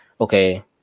okay